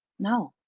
no.